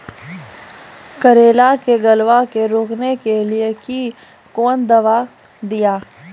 करेला के गलवा के रोकने के लिए ली कौन दवा दिया?